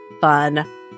fun